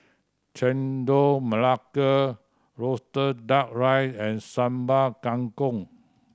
Chendol Melaka roasted Duck Rice and Sambal Kangkong